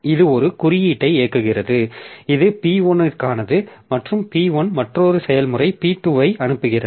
இது ஒரு குறியீட்டை இயக்குகிறது இது P1 க்கானது மற்றும் P1 மற்றொரு செயல்முறைக்கு P2 ஐ அனுப்புகிறது